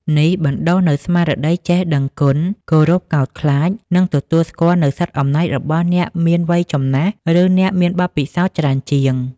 នេះបណ្តុះនូវស្មារតីចេះដឹងគុណ គោរពកោតខ្លាច និងទទួលស្គាល់នូវសិទ្ធិអំណាចរបស់អ្នកមានវ័យចំណាស់ ឬអ្នកមានបទពិសោធន៍ច្រើនជាង។